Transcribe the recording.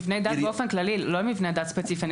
מבנה דת באופן כללי, לא מבנה דת ספציפי.